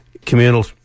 communal